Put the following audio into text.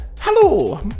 Hello